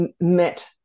met